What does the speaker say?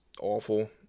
awful